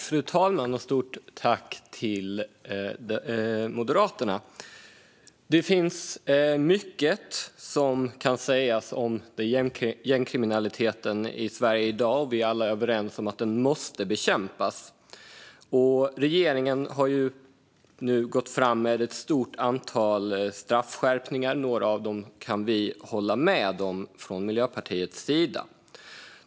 Fru talman! Det finns mycket som kan sägas om gängkriminaliteten i Sverige i dag. Vi är alla överens om att den måste bekämpas. Regeringen har gått fram med ett stort antal straffskärpningar, och några av dem kan Miljöpartiet hålla med om.